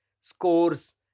scores